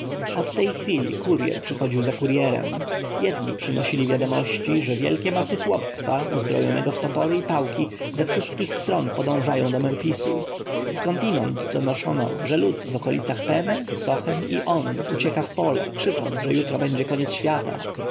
od tej chwili kurjer przychodził za kurjerem jedni przynosili wiadomości że wielkie masy chłopstwa uzbrojonego w topory i pałki ze wszystkich stron podążają do memfisu skądinąd donoszono że lud w okolicach peme sochem i on ucieka w pole krzycząc że jutro będzie koniec świata